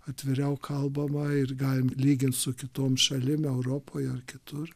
atviriau kalbama ir galime lyginti su kitoms šalims europoje ar kitur